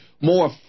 more